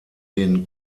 den